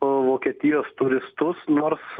vokietijos turistus nors